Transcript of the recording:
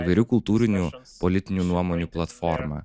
įvairių kultūrinių politinių nuomonių platforma